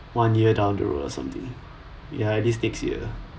one year down the road or something ya at least next year